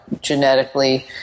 genetically